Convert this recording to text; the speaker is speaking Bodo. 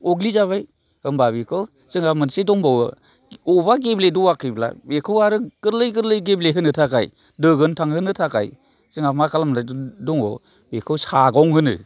अग्लिजाबाय होमब्ला बेखौ जोंहा मोनसे दंबावो अबावबा गेब्लेद'आखैब्ला बेखौ आरो गोरलै गोरलै गेब्ले होनो थाखाय दोगोन थांहोनो थाखाय जोंहा मा खालामनाय दङ बेखौ सागं होनो